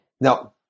now